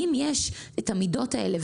אם יש את המידות האלה,